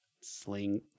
Sling